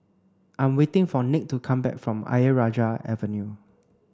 I'm waiting for Nick to come back from Ayer Rajah Avenue